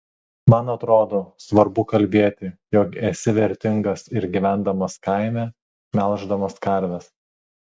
man atrodo svarbu kalbėti jog esi vertingas ir gyvendamas kaime melždamas karves